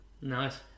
Nice